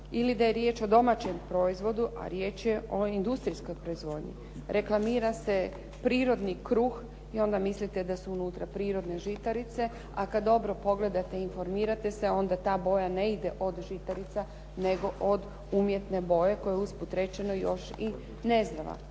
Ili da je riječ o domaćem proizvodu, a riječ o industrijskoj proizvodnji. Reklamira se prirodni kruh i onda mislite da su unutra prirodne žitarice, a kad dobro pogledate i informirate se onda ta boja ne ide od žitarica, nego od umjetne boje, koja je usput rečeno još i nezdrava.